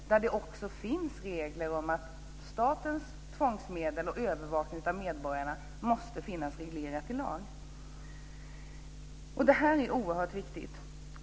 Där finns regler om att statens tvångsmedel och övervakning av medborgarna måste finnas reglerat i lag. Detta är oerhört viktigt.